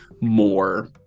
more